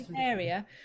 area